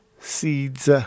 seeds